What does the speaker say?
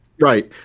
Right